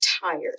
tired